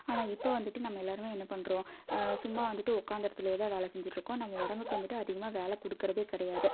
ஆனால் இப்போ வந்துட்டு நம்ம எல்லாருமே என்ன பண்ணுறோம் சும்மா வந்துட்டு உக்காந்த இடத்துலியே தான் வேலை செஞ்சுட்ருக்கோம் நம்ம உடம்புக்கு வந்துட்டு அதிகமாக வேலை கொடுக்கறதே கிடையாது